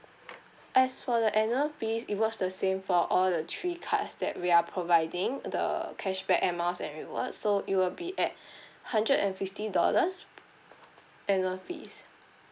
as for the annual fees it was the same for all the three cards that we are providing the cashback air miles and rewards so it will be at hundred and fifty dollars annual fees